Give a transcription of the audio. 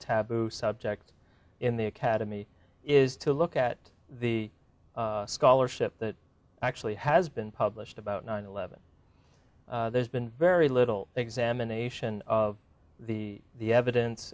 taboo subject in the academy is to look at the scholarship that actually has been published about nine eleven there's been very little examination of the the evidence